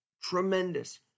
tremendous